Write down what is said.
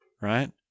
right